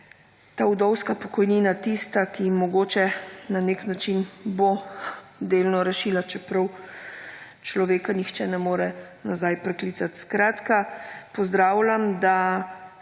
ta vdovska pokojnina tista, ki mogoče na nek način bo delno rešila, čeprav človeka nihče ne more nazaj priklicati. Skratka, pozdravljam, da smo